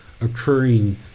occurring